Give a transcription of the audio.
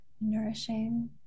nourishing